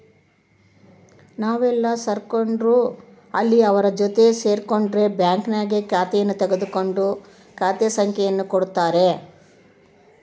ನಾವೆಲ್ಲೇ ಸೇರ್ಕೊಂಡ್ರು ಅಲ್ಲಿ ಅವರ ಜೊತೆ ಸೇರ್ಕೊಂಡು ಬ್ಯಾಂಕ್ನಾಗ ಖಾತೆಯನ್ನು ತೆಗೆದು ಖಾತೆ ಸಂಖ್ಯೆಯನ್ನು ಕೊಡುತ್ತಾರೆ